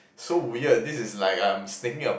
so weird this is like I'm a sneaking a